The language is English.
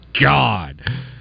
God